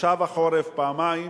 מושב החורף, פעמיים